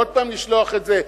ועוד הפעם לשלוח את זה,